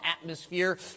atmosphere